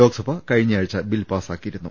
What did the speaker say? ലോക്സഭ കഴിഞ്ഞയാഴ്ച ബിൽ പാസ്സാക്കിയിരുന്നു